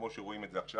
כמו שרואים את זה עכשיו,